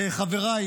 לחבריי